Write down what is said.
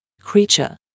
creature